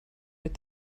with